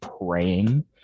praying